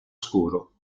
scuro